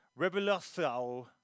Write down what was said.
Revolução